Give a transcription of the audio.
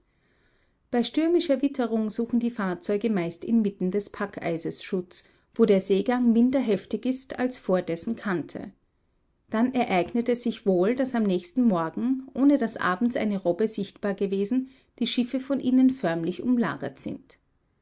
bei stürmischer witterung suchen die fahrzeuge meist inmitten des packeises schutz wo der seegang minder heftig ist als vor dessen kante dann ereignet es sich wohl daß am nächsten morgen ohne daß abends eine robbe sichtbar gewesen die schiffe von ihnen förmlich umlagert sind